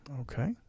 Okay